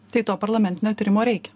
tai to parlamentinio tyrimo reikia